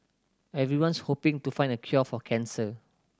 everyone's hoping to find the cure for cancer